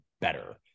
better